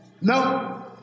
No